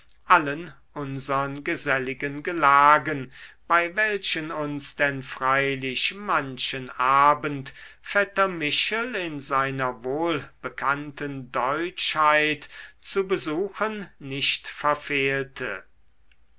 allen unsern geselligen gelagen bei welchen uns denn freilich manchen abend vetter michel in seiner wohlbekannten deutschheit zu besuchen nicht verfehlte